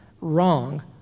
wrong